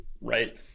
right